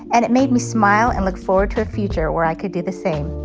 and it made me smile and look forward to a future where i could do the same.